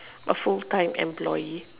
a full time employee